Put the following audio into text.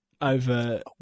Over